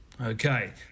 Okay